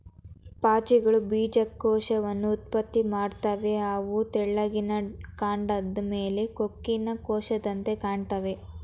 ಪಾಚಿಗಳು ಬೀಜಕ ಕೋಶವನ್ನ ಉತ್ಪತ್ತಿ ಮಾಡ್ತವೆ ಅವು ತೆಳ್ಳಿಗಿನ ಕಾಂಡದ್ ಮೇಲೆ ಕೊಕ್ಕಿನ ಕೋಶದಂತೆ ಕಾಣ್ತಾವೆ